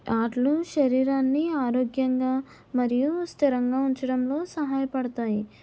ఆటలు శరీరాన్ని ఆరోగ్యంగా మరియు స్థిరంగా ఉంచడంలో సహాయపడతాయి